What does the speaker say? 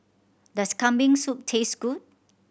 does Kambing Soup taste good